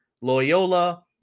Loyola